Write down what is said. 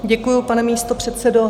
Děkuju, pane místopředsedo.